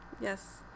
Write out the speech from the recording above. yes